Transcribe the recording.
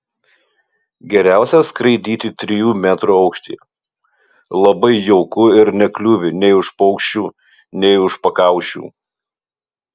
geriausia skraidyti trijų metrų aukštyje labai jauku ir nekliūvi nei už paukščių nei už pakaušių